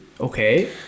Okay